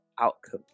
outcome